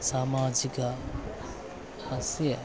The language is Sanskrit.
सामाजिकी अस्य